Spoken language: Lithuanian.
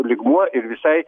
lygmuo ir visai